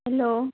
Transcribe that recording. hello